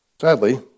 sadly